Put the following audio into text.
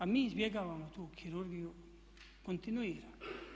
A mi izbjegavamo tu kirurgiju kontinuirano.